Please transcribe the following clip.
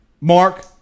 Mark